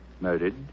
Murdered